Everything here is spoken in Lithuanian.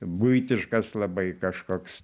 buitiškas labai kažkoks